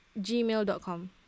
gmail.com